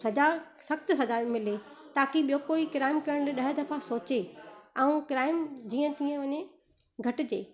सजा सख़्तु सजा मिले ताकी ॿियो कोई क्राइम करण लाइ ॾह दफ़ा सोचे ऐं क्राइम जीअं तीअं वञी घटिजे